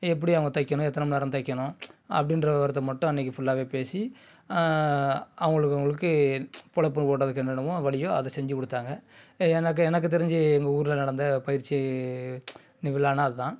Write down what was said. எப்படி அவங்க தைக்கணும் எத்தனை மணிநேரம் தைக்கணும் அப்படின்ற ஒரு இதை மட்டும் அன்னைக்கு ஃபுல்லாகவே பேசி அவங்களுக்கு இவங்களுக்கு பொழைப்ன்னு ஓட்டுறதுக்கு என்னென்ன வழியோ அதை செஞ்சு கொடுத்தாங்க எனக்கு எனக்கு தெரிஞ்சு எங்கள் ஊரில் நடந்த பயிற்சி விழான்னா அதுதான்